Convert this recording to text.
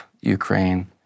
Ukraine